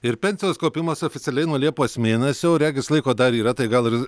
ir pensijos kaupimas oficialiai nuo liepos mėnesio regis laiko dar yra tai gal ir